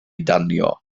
danio